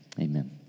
Amen